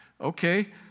okay